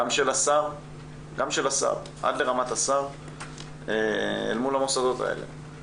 גם של השר אל מול המוסדות האלה.